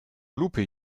lupe